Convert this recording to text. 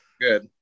good